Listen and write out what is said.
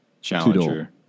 challenger